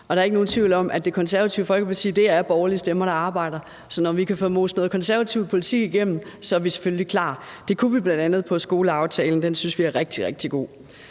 Der er ikke nogen tvivl om, at Det Konservative Folkeparti er borgerlige stemmer, der arbejder. Så når vi kan få most noget konservativ politik igennem, er vi selvfølgelig klar. Det kunne vi bl.a. i skoleaftalen. Den synes vi er rigtig, rigtig god.